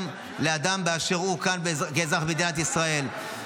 לאדם באשר הוא כאן כאזרח מדינת ישראל.